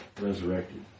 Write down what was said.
resurrected